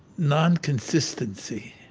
non-consistency.